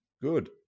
Good